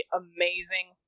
amazing